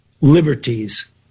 liberties